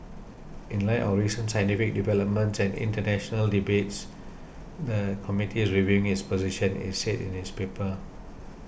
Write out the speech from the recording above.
in light of recent scientific developments and international debates the committee is reviewing its position it's said in its paper